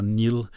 Neil